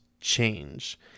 change